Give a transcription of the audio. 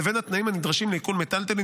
לבין התנאים הנדרשים לעיקול מיטלטלין